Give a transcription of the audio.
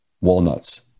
walnuts